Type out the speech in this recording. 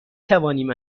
توانیم